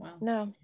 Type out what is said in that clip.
No